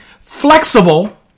flexible